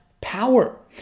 power